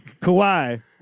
Kawhi